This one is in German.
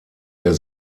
der